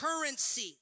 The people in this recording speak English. currency